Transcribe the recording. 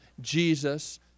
Jesus